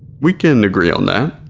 we can agree on that.